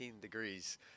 degrees